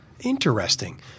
Interesting